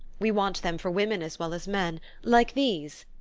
we want them for women as well as men like these.